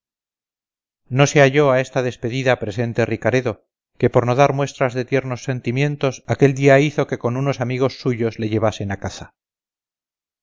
no se halló a esta despedida presente ricaredo que por no dar muestras de tiernos sentimientos aquel día hizo que con unos amigos suyos le llevasen a caza